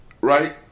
right